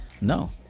no